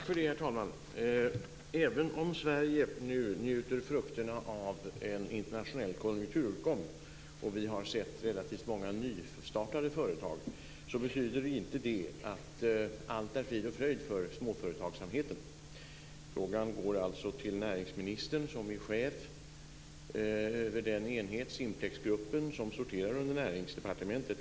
Herr talman! Även om Sverige nu njuter frukterna av en internationell konjunkturuppgång och vi har sett relativt många nystartade företag betyder inte det att allt är frid och fröjd för småföretagsamheten. Frågan går alltså till näringsministern, som är chef över den enhet, Simplexgruppen, som sorterar under Näringsdepartementet.